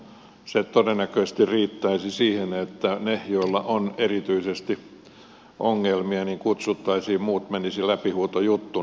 se todennäköisesti riittäisi siihen että ne joilla on erityisesti ongelmia kutsuttaisiin muut menisivät läpihuutojuttuna